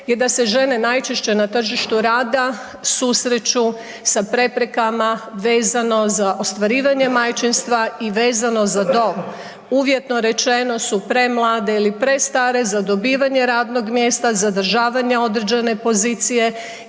je da se žene najčešće na tržištu rada susreću sa preprekama vezano za ostvarivanje majčinstva i vezano za dom. Uvjetno rečeno su premlade ili prestare za dobivanje radnog mjesta, zadržavanje određene pozicije